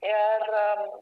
ir am